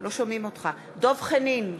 דב חנין,